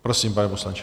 Prosím, pane poslanče.